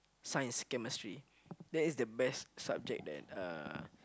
science chemistry that is the best subject that uh